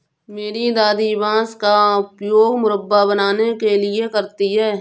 मेरी दादी बांस का उपयोग मुरब्बा बनाने के लिए करती हैं